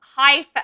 High